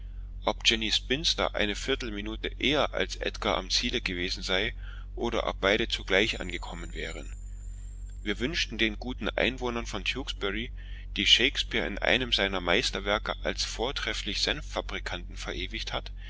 ob jenny spinster eine viertelminute eher als edgar am ziele gewesen sei oder ob beide zugleich angekommen wären wir wünschten den guten einwohnern von tewkesbury die shakespeare in einem seiner meisterwerke als vortrefflich senffabrikanten verewigt hat